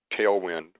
tailwind